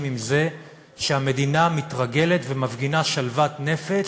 עם זה שהמדינה מתרגלת ומפגינה שלוות נפש